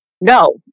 No